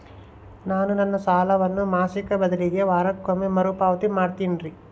ನಾನು ನನ್ನ ಸಾಲವನ್ನು ಮಾಸಿಕ ಬದಲಿಗೆ ವಾರಕ್ಕೊಮ್ಮೆ ಮರುಪಾವತಿ ಮಾಡ್ತಿನ್ರಿ